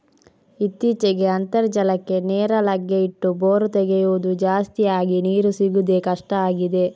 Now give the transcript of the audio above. ಇತ್ತೀಚೆಗೆ ಅಂತರ್ಜಲಕ್ಕೆ ನೇರ ಲಗ್ಗೆ ಇಟ್ಟು ಬೋರು ತೆಗೆಯುದು ಜಾಸ್ತಿ ಆಗಿ ನೀರು ಸಿಗುದೇ ಕಷ್ಟ ಆಗಿದೆ